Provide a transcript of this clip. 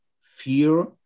fear